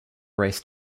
race